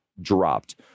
dropped